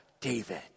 David